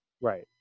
Right